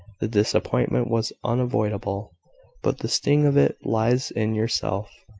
the disappointment was unavoidable but the sting of it lies in yourself.